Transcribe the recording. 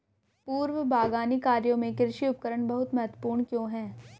पूर्व बागवानी कार्यों में कृषि उपकरण बहुत महत्वपूर्ण क्यों है?